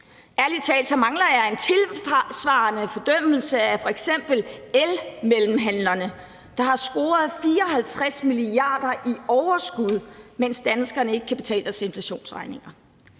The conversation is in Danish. Ærlig talt mangler jeg en tilsvarende fordømmelse af f.eks. elmellemhandlerne, der har scoret 54 mia. kr. i overskud, mens danskerne ikke kan betale deres inflationsregninger.